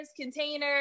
containers